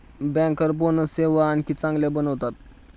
banker bonus सेवा आणखी चांगल्या बनवतात